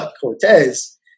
Cortez